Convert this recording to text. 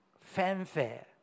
fanfare